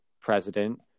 president